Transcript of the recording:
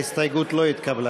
ההסתייגות לא התקבלה.